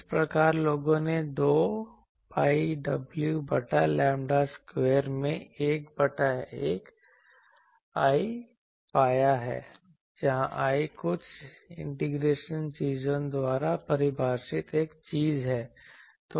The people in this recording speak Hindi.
इस प्रकार लोगों ने 2 pi w बटा लैम्ब्डा स्क्वायर में 1 बटा I पाया है जहां I कुछ इंटीग्रेशन चीजों द्वारा परिभाषित एक चीज है